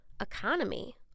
economy